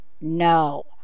No